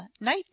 night